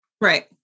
Right